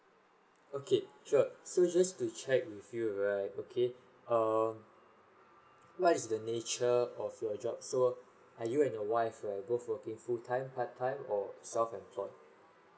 okay sure so just to check with you right okay err what is the nature of your job so are you and your wife right both working full time part time or self employed